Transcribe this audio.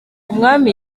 umwami